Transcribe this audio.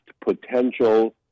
potential